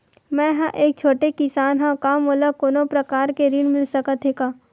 मै ह एक छोटे किसान हंव का मोला कोनो प्रकार के ऋण मिल सकत हे का?